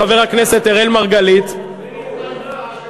חבר הכנסת אראל מרגלית, נכון.